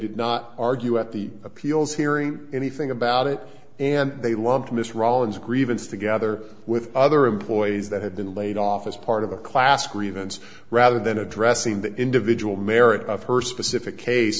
did not argue at the appeals hearing anything about it and they lumped in this rawlins grievance together with other employees that had been laid off as part of a class grievance rather than addressing the individual merits of her specific case